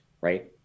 right